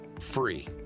free